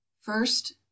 First